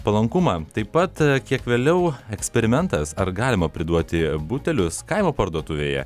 palankumą taip pat kiek vėliau eksperimentas ar galima priduoti butelius kaimo parduotuvėje